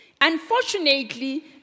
Unfortunately